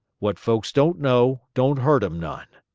what folks don't know don't hurt em none.